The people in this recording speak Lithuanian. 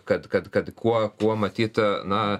kad kad kad kuo buvo matyt na